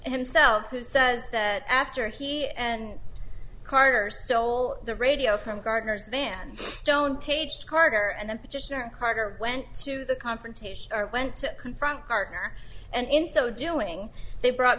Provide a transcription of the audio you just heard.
himself who says that after he and carter stole the radio from gardner's van stone paged carter and the carter went to the confrontation or went to confront gardner and in so doing they brought